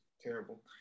terrible